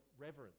reverence